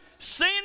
seen